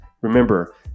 Remember